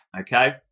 okay